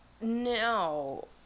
No